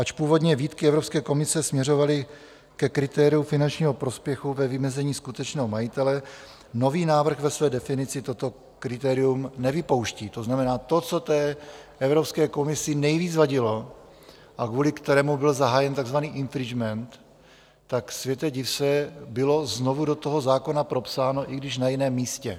Ač původně výtky Evropské komise směřovaly ke kritériu finančního prospěchu ve vymezení skutečného majitele, nový návrh ve své definici toto kritérium nevypouští, to znamená, to, co Evropské komisi nejvíce vadilo a kvůli čemu byl zahájen takzvaný infringement, tak světe div se bylo znovu do toho zákona propsáno, i když na jiném místě.